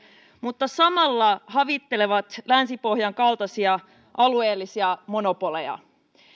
mutta samalla havittelevat länsi pohjan kaltaisia alueellisia monopoleja